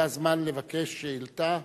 זה הזמן לבקש שאילתא.